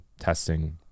testing